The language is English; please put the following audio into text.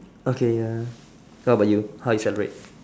okay uh what about you how you celebrate